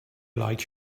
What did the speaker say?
like